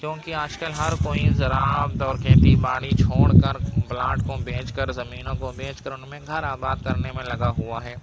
کیونکہ آج کل ہر کوئی زراعت اور کھیتی باڑی چھوڑ کر پلاٹ کو بیچ کر زمینوں کو بیچ کر ان میں گھر آباد کرنے میں لگا ہوا ہے